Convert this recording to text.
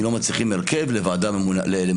אם לא מצליחים הרכב, לממונה.